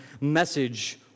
message